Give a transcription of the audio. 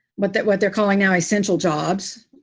but that what they're calling now essential jobs.